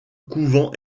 couvent